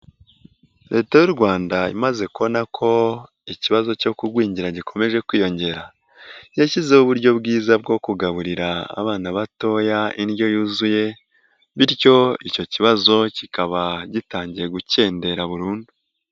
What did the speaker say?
Leta y'u Rwanda imaze kubona ko ikibazo cyo kugwingira gikomeje kwiyongera yashyizeho uburyo bwiza bwo kugaburira abana batoya indyo yuzuye bityo icyo kibazo kikaba gitangiye gukendera burundu.